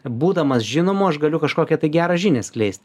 būdamas žinomu aš galiu kažkokią tai gerą žinią skleist